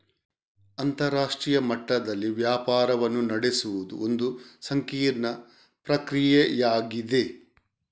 ಅಂತರರಾಷ್ಟ್ರೀಯ ಮಟ್ಟದಲ್ಲಿ ವ್ಯಾಪಾರವನ್ನು ನಡೆಸುವುದು ಒಂದು ಸಂಕೀರ್ಣ ಪ್ರಕ್ರಿಯೆಯಾಗಿದೆ